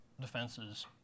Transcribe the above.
defenses